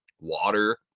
water